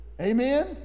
Amen